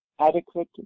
adequate